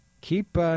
keep